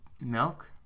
milk